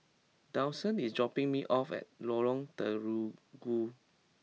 Dawson is dropping me off at Lorong Terigu